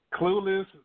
Clueless